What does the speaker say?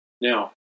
Now